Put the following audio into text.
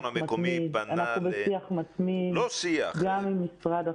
אנחנו בשיח מתמיד גם עם משרד החינוך.